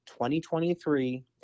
2023